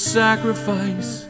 sacrifice